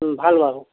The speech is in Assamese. ভাল বাৰু